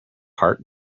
heart